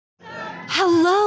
Hello